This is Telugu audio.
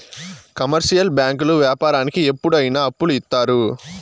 కమర్షియల్ బ్యాంకులు వ్యాపారానికి ఎప్పుడు అయిన అప్పులు ఇత్తారు